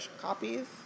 copies